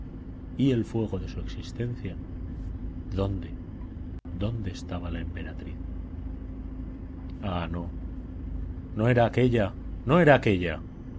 y el fuego de su existencia dónde dónde estaba la emperatriz ah no no era aquélla no era aquélla